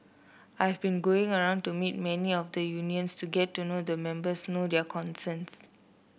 I've been going around to meet many of the unions to get to know the members know their concerns